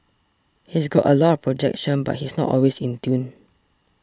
he's got a lot of projection but he's not always in tune